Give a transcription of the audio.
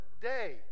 day